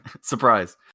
Surprise